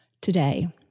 Today